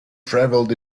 travelled